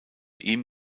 ihm